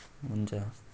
हुन्छ